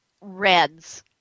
reds